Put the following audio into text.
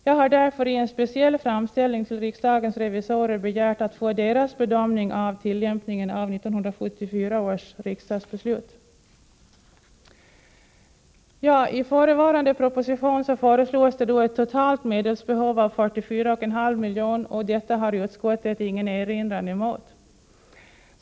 Jag har därför i en speciell framställning till riksdagens revisorer begärt att få deras bedömning av tillämpningen av 1974 års riksdagsbeslut. I förevarande proposition föreslås en total medelstilldelning av 44,5 miljoner, och detta har utskottet ingen erinran emot.